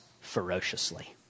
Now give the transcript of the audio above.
ferociously